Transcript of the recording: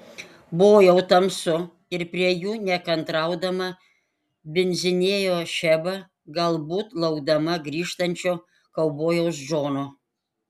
buvo jau tamsu ir prie jų nekantraudama bindzinėjo šeba galbūt laukdama grįžtančio kaubojaus džono